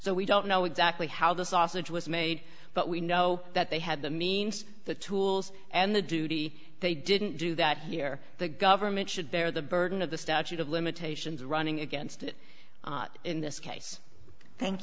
so we don't know exactly how the sausage was made but we know that they had the means the tools and the duty they didn't do that here the government should bear the burden of the statute of limitations running against it in this case thank